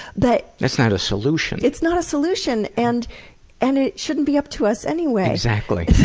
but it's not a solution. it's not a solution! and and it shouldn't be up to us anyway! exactly!